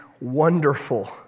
wonderful